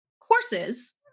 courses